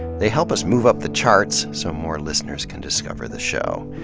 they help us move up the charts so more listeners can discover the show.